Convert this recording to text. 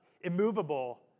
immovable